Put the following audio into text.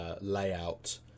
layout